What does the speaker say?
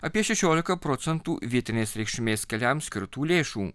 apie šešiolika procentų vietinės reikšmės keliam skirtų lėšų